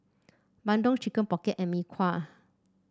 bandung Chicken Pocket and Mee Kuah